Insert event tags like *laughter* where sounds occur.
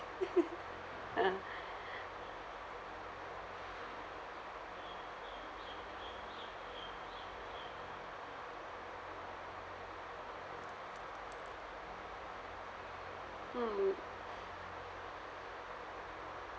*laughs* ah mm